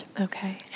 Okay